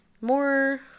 more